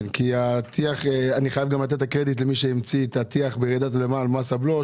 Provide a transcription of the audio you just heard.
אני חייב גם לתת את הקרדיט למי שהמציא את הטיח ברעידת אדמה על מס הבלו,